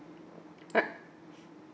uh